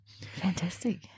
Fantastic